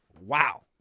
Wow